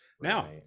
now